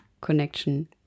connection